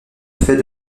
fait